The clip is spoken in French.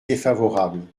défavorable